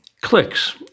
clicks